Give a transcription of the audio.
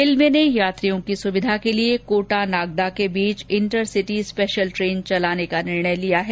railway ने यात्रियों की सुविधा के लिए कोटा नागदा के बीच इंटरसिटी स्पेशल ट्रेन चलाने का निर्णय लिया है